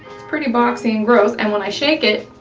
it's pretty boxy and gross, and when i shake it,